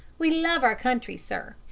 we love our country, sir,